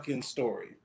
story